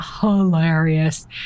hilarious